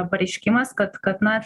pareiškimas kad kad na